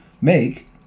make